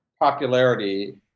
popularity